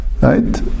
Right